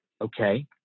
okay